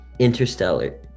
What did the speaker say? Interstellar